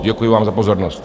Děkuji vám za pozornost.